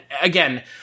again